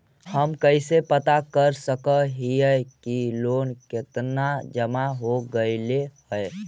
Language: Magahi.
हम कैसे पता कर सक हिय की लोन कितना जमा हो गइले हैं?